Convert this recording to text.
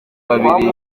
babiri